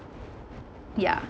ya